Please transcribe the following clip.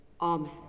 Amen